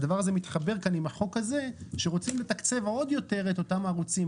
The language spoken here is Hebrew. הדבר הזה מתחבר כאן עם החוק הזה שרוצים לתקצב עוד יותר את אותם ערוצים,